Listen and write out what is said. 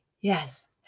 yes